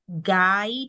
guide